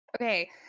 Okay